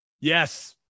Yes